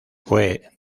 fue